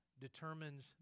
determines